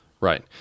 Right